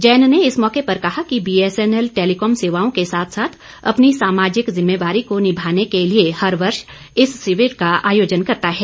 जैन ने इस मौके पर कहा कि बीएसएनएल टैलीकॉम सेवाओं के साथ साथ अपनी सामाजिक जिम्मेवारी को निभाने के लिए हर वर्ष इस शिविर का आयोजन करता है